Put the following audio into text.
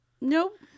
Nope